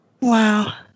Wow